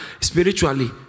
spiritually